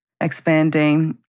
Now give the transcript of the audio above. Expanding